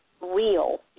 real